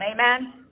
Amen